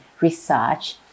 research